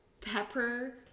Pepper